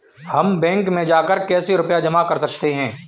हम बैंक में जाकर कैसे रुपया जमा कर सकते हैं?